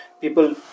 people